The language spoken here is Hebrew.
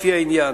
לפי העניין.